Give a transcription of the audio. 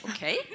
Okay